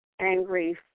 angry